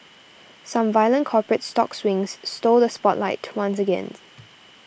some violent corporate stock swings stole the spotlight once again